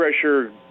Pressure